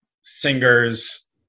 singers